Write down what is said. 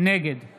נגד